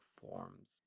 forms